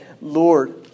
Lord